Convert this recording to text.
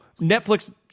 netflix